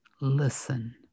listen